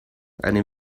eine